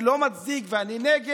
אני לא מצדיק את הנקמה,